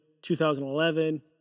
2011